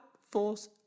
Force